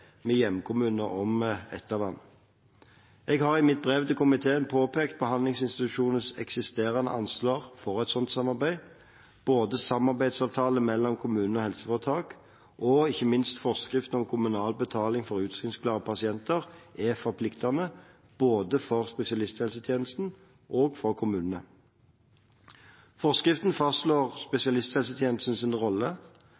med hjemkommunen om ettervern. Jeg har i mitt brev til komiteen påpekt behandlingsinstitusjonenes eksisterende ansvar for et slikt samarbeid. Både samarbeidsavtalene mellom kommuner og helseforetak og ikke minst forskrift om kommunal betaling for utskrivningsklare pasienter er forpliktende – både for spesialisthelsetjenesten og for kommunene. Forskriften fastslår